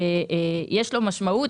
יש לפרויקט הזה משמעות.